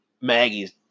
Maggie's